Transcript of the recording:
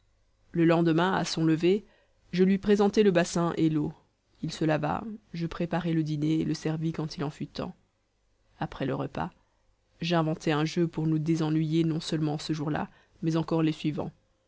le lendemain à son lever je lui présentai le bassin et l'eau il se lava je préparai le dîner et le servis quand il en fut temps après le repas j'inventai un jeu pour nous désennuyer nonseulement ce jour-là mais encore les suivants